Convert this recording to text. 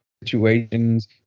situations